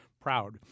proud